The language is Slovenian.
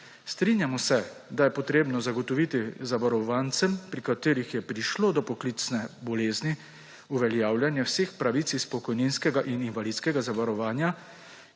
Strinjamo se, da je potrebno zagotoviti zavarovancem, pri katerih je prišlo do poklicne bolezni, uveljavljanje vseh pravic iz pokojninskega in invalidskega zavarovanja,